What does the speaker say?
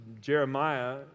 Jeremiah